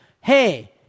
hey